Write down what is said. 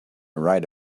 right